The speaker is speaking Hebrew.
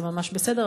זה ממש בסדר,